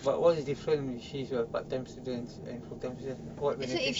but what is different if she's a part time students and full time student what benefit